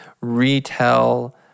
retell